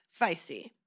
feisty